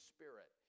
Spirit